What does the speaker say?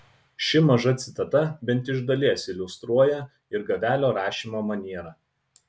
ši maža citata bent iš dalies iliustruoja ir gavelio rašymo manierą